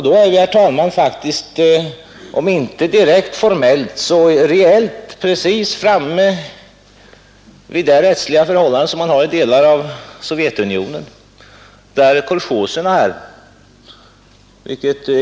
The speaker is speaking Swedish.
Då är vi faktiskt, herr talman, om inte direkt formellt så reellt framme i det rättsliga förhållande som man har i delar av Sovjetunionen — jag syftar på kolchoserna.